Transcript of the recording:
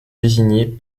désignées